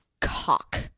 cock